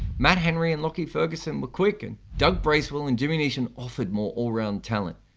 matt henry and lockie ferguson were quick, and doug bracewell and jimmy neesham offered more all-round talent.